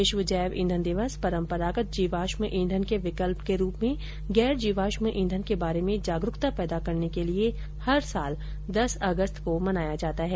विश्व जैव ईंधन दिवस परंपरागत जीवाश्म ईंधन के विकल्प के रूप में गैर जीवाश्म ईंधन के बारे में जागरूकता पैदा करने के लिए हर साल दस अगस्त को मनाया जाता है